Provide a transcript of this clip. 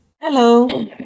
Hello